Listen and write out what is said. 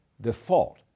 default